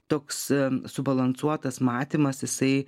toks subalansuotas matymas jisai